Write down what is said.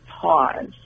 pause